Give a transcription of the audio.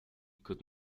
could